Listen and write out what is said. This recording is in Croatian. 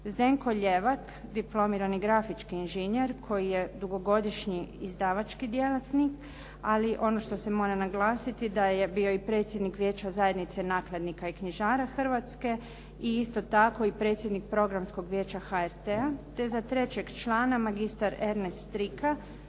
Zdenko Ljevak, diplomirani grafički inženjer koji je dugogodišnji izdavački djelatnik, ali ono što se mora naglasiti da je bio i predsjednik Vijeća zajednice nakladnika i knjižara Hrvatske i isto tako i predsjednik programskog vijeća HRT-a te za trećeg člana magistar Ernest Strika,